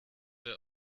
der